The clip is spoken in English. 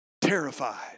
terrified